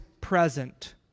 present